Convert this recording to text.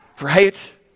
Right